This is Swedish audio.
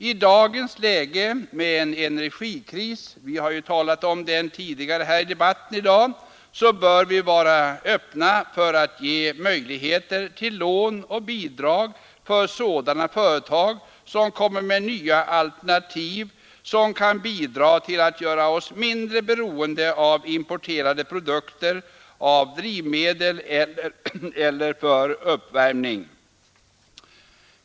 I dagens läge med en energikris — det har talats om den tidigare i dag — bör vi vara öppna för möjligheten att ge lån och bidrag till sådana företag som kommer med nya alternativ vilka kan bidra till att göra oss mindre beroende av importerade produkter, sådana som exempelvis drivmedel eller produkter för uppvärmning.